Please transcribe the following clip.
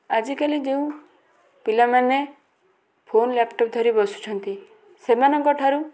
ଆଜିକାଲି ଯେଉଁ ପିଲାମାନେ ଫୋନ୍ ଲାପ୍ଟପ୍ ଧରି ବସୁଛନ୍ତି ସେମାନଙ୍କଠାରୁ